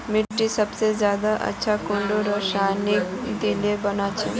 मिट्टी सबसे ज्यादा अच्छा कुंडा रासायनिक दिले बन छै?